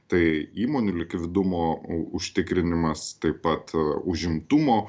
tai įmonių likvidumo užtikrinimas taip pat užimtumo